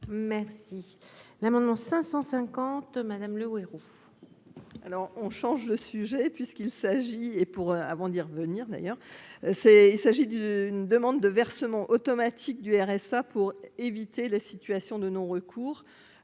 Merci l'amendement 550 Madame Le Houerou.